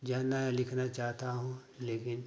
जानना लिखना चाहता हूँ लेकिन